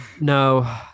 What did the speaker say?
No